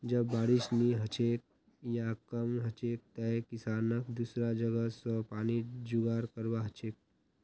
जब बारिश नी हछेक या कम हछेक तंए किसानक दुसरा जगह स पानीर जुगाड़ करवा हछेक